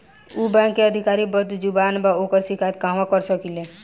उ बैंक के अधिकारी बद्जुबान बा ओकर शिकायत कहवाँ कर सकी ले